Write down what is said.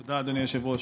תודה, אדוני היושב-ראש.